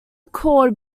called